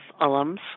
alums